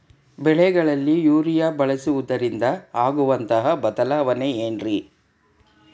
ಬೆಳೆಗಳಿಗೆ ಯೂರಿಯಾ ಬಳಸುವುದರಿಂದ ಆಗುವಂತಹ ಬದಲಾವಣೆ ಏನ್ರಿ?